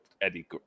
Eddie